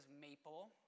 maple